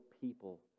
people